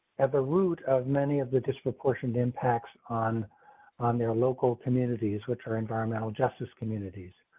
at the root of many of the disproportionate impacts on on their local communities, which are environmental justice communities.